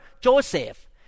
Joseph